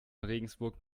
regensburg